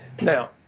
Now